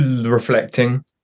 reflecting